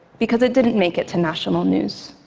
because it didn't make it to national news.